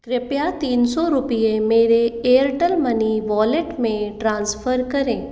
कृपया तीन सौ रुपये मेरे एयरटेल मनी वॉलेट में ट्रांसफ़र करें